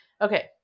okay